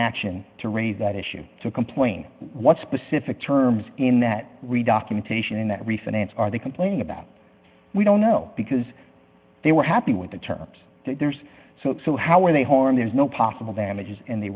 action to raise that issue to complain what specific terms in that read occupation in that refinance are they complaining about we don't know because they were happy with the terms that there's so it's so how are they harmed there's no possible damages in the